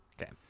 Okay